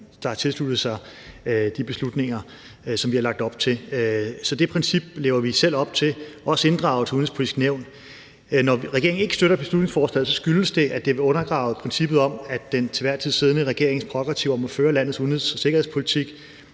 der har tilsluttet sig dem. Så det princip lever vi selv op til, også i forhold til inddragelse af Det Udenrigspolitiske Nævn. Når regeringen ikke støtter beslutningsforslaget, skyldes det, at det vil undergrave princippet om, at det er den til enhver tid siddende regerings prærogativ at føre landets udenrigs- og sikkerhedspolitik,